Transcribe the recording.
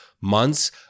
months